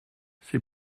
c’est